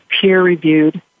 peer-reviewed